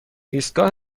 ایستگاه